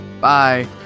Bye